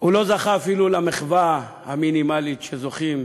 זכה אפילו למחווה המינימלית שזוכים